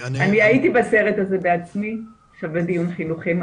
הייתי בסרט הזה בעצמי, זה שווה דיון חינוכי מעמיק.